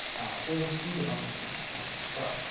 whole suite of other museums have done this as well.